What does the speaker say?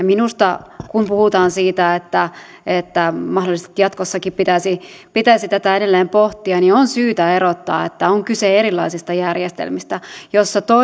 minusta kun puhutaan siitä että että mahdollisesti jatkossakin pitäisi pitäisi tätä edelleen pohtia on syytä erottaa että on kyse erilaisista järjestelmistä joista